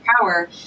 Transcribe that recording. power